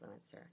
influencer